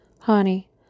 Honey